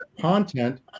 content